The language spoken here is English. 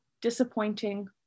disappointing